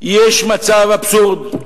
יש מצב אבסורדי: